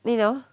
you know